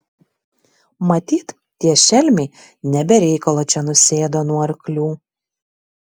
matyt tie šelmiai ne be reikalo čia nusėdo nuo arklių